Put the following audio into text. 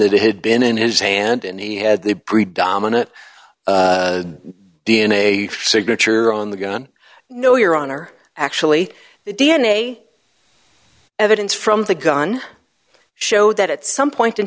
that it had been in his hand and he had the breed dominant d n a signature on the gun no your honor actually the d n a evidence from the gun show that at some point in